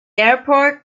airport